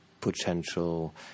potential